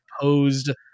posed